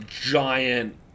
giant